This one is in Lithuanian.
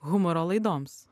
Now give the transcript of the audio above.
humoro laidoms